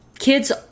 Kids